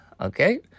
okay